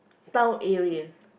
town area